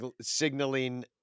signaling